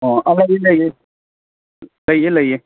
ꯑꯣ ꯑꯃꯗꯤ ꯂꯩꯌꯦ ꯂꯩꯌꯦ ꯂꯩꯌꯦ